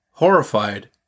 Horrified